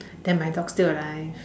then my dog still alive